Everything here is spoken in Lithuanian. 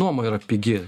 nuoma yra pigi